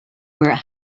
were